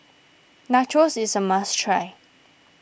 Nachos is a must try